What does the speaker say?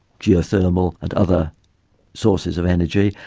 geothermal and other sources of energy,